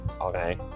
Okay